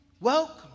welcome